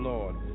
Lord